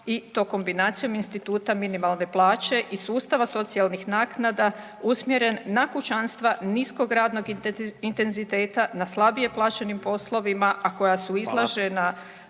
i to kombinacijom instituta minimalne plaće i sustava socijalnih naknada usmjeren na kućanstva niskog radnog intenziteta, na slabije plaćenim poslovima, a koja su izložena